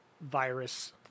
virus